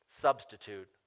substitute